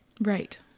Right